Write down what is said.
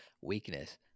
weakness